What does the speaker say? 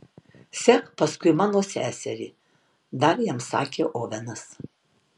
sek paskui mano seserį dar jam sakė ovenas